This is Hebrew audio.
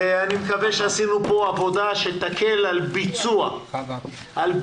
אני מקווה שעשינו כאן עבודה שתקל על ביצוע התשלומים.